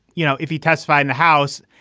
you know, if he testified in the house.